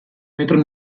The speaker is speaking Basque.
metro